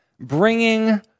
bringing